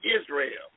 Israel